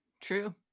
True